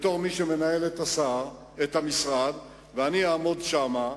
בתור מי שמנהל את המשרד ואני אעמוד שם,